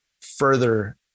further